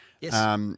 Yes